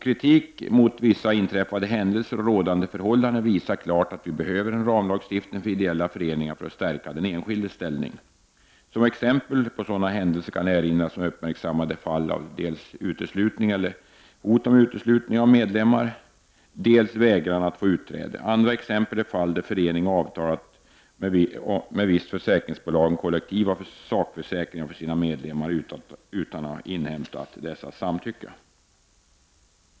Kritik mot vissa inträffade händelser och rådande förhållanden visar klart att vi behöver en ramlagstiftning för ideella föreningar för att stärka den enskildes ställning. Som exempel på sådana händelser kan erinras om uppmärksammade fall av dels uteslutning eller hot om uteslutning av medlemmar, dels vägran att få utträde. Andra exempel är fall där förening avtalat med visst försäkringsbolag om kollektiva sakförsäkringar för sina medlemmar utan att ha inhäm tat deras samtycke.